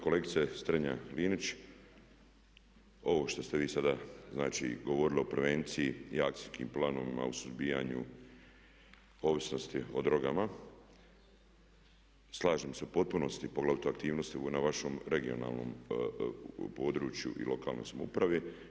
Kolegice Strenja-Linić ovo što ste vi sada znači govorili o prevenciji i akcijskim planovima u suzbijanju ovisnosti o drogama slažem se u potpunosti, poglavito aktivnosti na vašem regionalnom području i lokalnoj samoupravi.